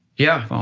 yeah,